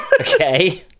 Okay